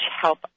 help